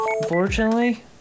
Unfortunately